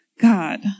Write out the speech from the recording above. God